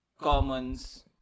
commons